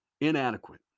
inadequate